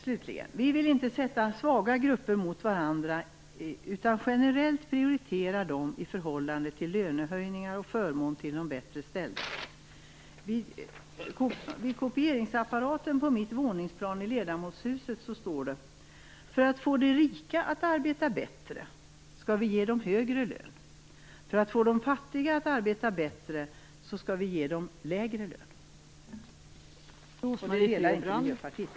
Slutligen vill vi inte sätta svaga grupper mot varandra, utan generellt prioritera dem i förhållande till lönehöjningar och förmåner till dem som har det bättre ställt. Vid kopieringsapparaten på mitt våningsplan i Ledamotshuset står det: För att få de rika att arbeta bättre skall vi ge dem högre lön. För att få de fattiga att arbeta bättre skall vi ge dem lägre lön. Det gillar inte Miljöpartiet.